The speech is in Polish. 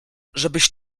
żebyś